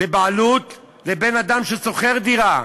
בבעלות לבין אדם ששוכר דירה,